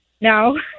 No